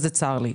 וצר לי.